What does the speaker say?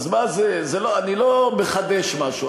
אני לא מחדש משהו.